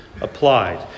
applied